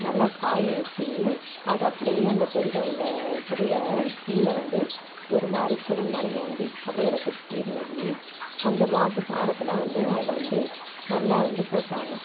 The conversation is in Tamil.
நல்லா காயவச்சு அதை அப்படியே அந்த செடியில உள்ள செடியில கீழே வந்து ஒருமாதிரி குழிமாரி நோண்டி அப்படியே அதை சுத்திடும் நோண்டி அந்த மாட்டு சாணத்தைலாம் வந்து அதில் வந்து நல்லா வந்து போட்டாங்க